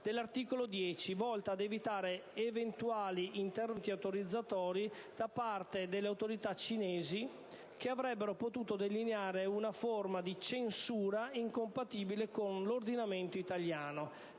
dell'articolo 10, volta ad evitare eventuali interventi autorizzatori da parte delle Autorità cinesi, che avrebbero potuto delineare una forma di censura incompatibile con l'ordinamento italiano.